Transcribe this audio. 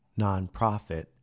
nonprofit